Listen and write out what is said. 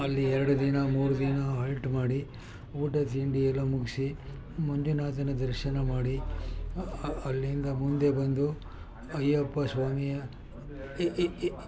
ಅಲ್ಲಿ ಎರಡು ದಿನ ಮೂರು ದಿನ ಹಾಲ್ಟ್ ಮಾಡಿ ಊಟ ತಿಂಡಿ ಎಲ್ಲ ಮುಗಿಸಿ ಮಂಜುನಾಥನ ದರ್ಶನ ಮಾಡಿ ಅಲ್ಲಿಂದ ಮುಂದೆ ಬಂದು ಅಯ್ಯಪ್ಪ ಸ್ವಾಮಿಯ ಈ ಈ ಈ